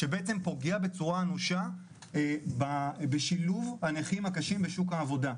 שבעצם פוגע בצורה אנושה בשילוב הנכים הקשים בשוק העבודה,